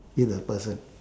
it's the person